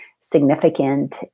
significant